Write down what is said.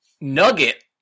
nugget